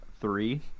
three